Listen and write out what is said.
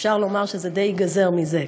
אפשר לומר שזה די ייגזר מזה.